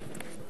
תודה רבה.